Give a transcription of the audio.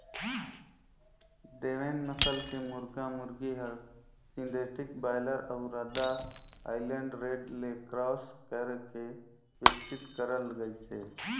देवेंद नसल के मुरगा मुरगी हर सिंथेटिक बायलर अउ रद्दा आइलैंड रेड ले क्रास कइरके बिकसित करल गइसे